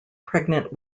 pregnant